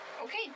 Okay